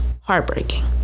heartbreaking